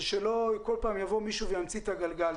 שלא כל פעם יבוא מישהו וימציא את הגלגל.